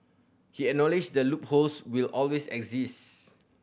he acknowledged that loopholes will always exist